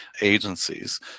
agencies